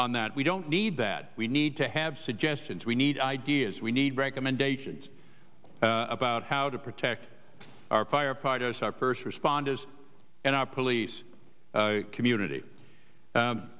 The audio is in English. on that we don't need that we need to have suggestions we need ideas we need recommendations about how to protect our firefighters our first responders and our police community